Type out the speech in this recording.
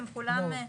לא,